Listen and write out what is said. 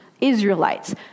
Israelites